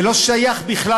זה לא שייך בכלל,